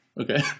Okay